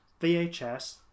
VHS